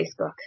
Facebook